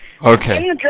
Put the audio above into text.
Okay